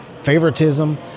favoritism